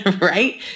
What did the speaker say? right